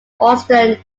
austin